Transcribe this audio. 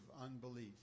unbelief